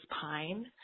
Pine